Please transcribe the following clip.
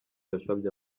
yasabye